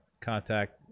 contact